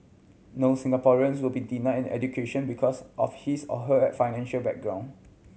no Singaporeans will be denied an education because of his or her financial background